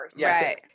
right